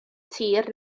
tir